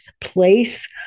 place